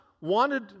wanted